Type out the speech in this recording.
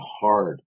hard